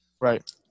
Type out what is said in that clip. Right